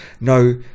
no